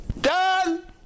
done